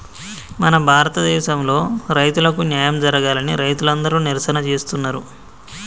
మన భారతదేసంలో రైతులకు న్యాయం జరగాలని రైతులందరు నిరసన చేస్తున్నరు